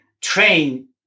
train